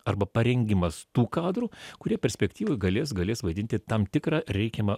arba parengimas tų kadrų kurie perspektyvoj galės galės vaidinti tam tikrą reikiamą